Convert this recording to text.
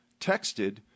texted